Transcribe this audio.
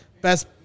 Best